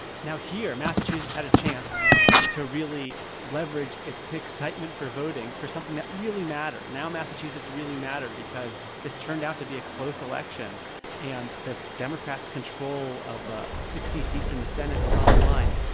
now, here, massachusetts had a chance to really leverage its excitement for voting for something that really mattered. now, massachusetts really mattered because this turned out to be a close election and the democrats control of sixty seats in the senate was on the line.